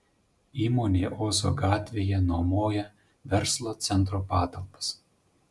įmonė ozo gatvėje nuomoja verslo centro patalpas